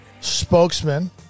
spokesman